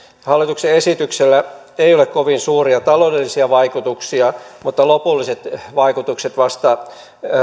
hallituksen esityksellä ei ole kovin suuria taloudellisia vaikutuksia mutta lopulliset vaikutukset vasta